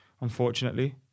unfortunately